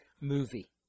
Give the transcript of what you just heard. movie